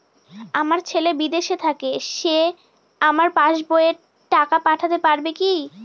আমার ছেলে বিদেশে থাকে সে আমার পাসবই এ টাকা পাঠাতে পারবে কি?